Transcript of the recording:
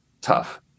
Tough